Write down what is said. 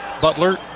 Butler